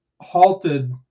halted